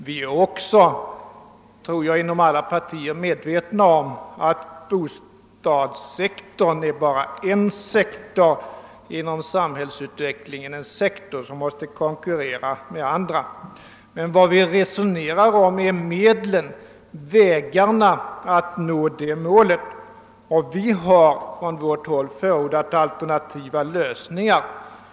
Vi är likaledes inom alla partier medvetna om att bostadssektorn bara är en del av samhället, en sektor som måste konkurrera med andra. Vad vi resonerar om är medlen och vägarna att nå målet. Och från vårt håll har vi förordat alternativa lösningar.